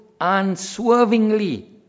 unswervingly